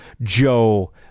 Joe